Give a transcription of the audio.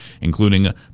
including